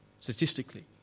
Statistically